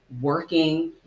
working